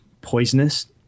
poisonous